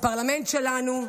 הפרלמנט שלנו,